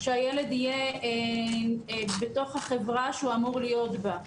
שהילד יהיה בתוך החברה שהוא אמור להיות בה.